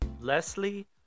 Leslie